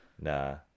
nah